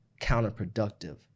counterproductive